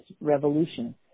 revolution